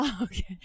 Okay